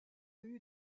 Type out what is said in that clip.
eus